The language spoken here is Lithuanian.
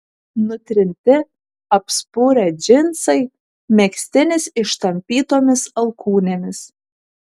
nutrinti apspurę džinsai megztinis ištampytomis alkūnėmis